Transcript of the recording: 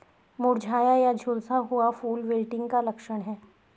मुरझाया या झुलसा हुआ फूल विल्टिंग का लक्षण है